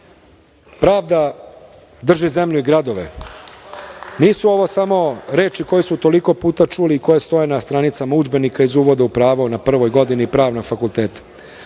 drži zemlju i gradove. Nisu ovo samo reči koje su toliko puta čuli i koje stoje na stranicama udžbenika iz Uvoda u pravo na prvoj godini Pravog fakulteta.